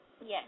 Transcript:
Yes